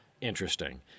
Interesting